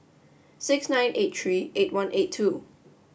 six nine eight three eight one eight two